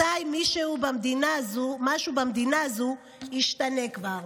מתי משהו במדינה הזאת ישתנה כבר?